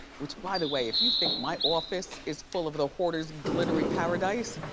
which by the way if you think my office is full of the hoarder's glittery paradise,